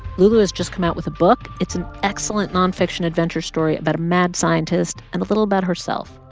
lulu has just come out with a book. it's an excellent nonfiction adventure story about a mad scientist and a little about herself.